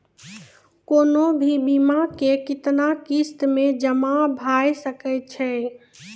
कोनो भी बीमा के कितना किस्त मे जमा भाय सके छै?